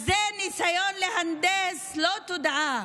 אז זה ניסיון להנדס לא תודעה,